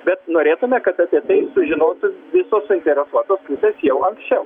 bet norėtume kad apie tai sužinotų visos suinteresuotos pusės jau anksčiau